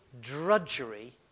drudgery